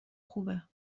خوبه